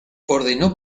ordenó